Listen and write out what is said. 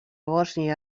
bòsnia